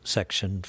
Section